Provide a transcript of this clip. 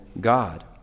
God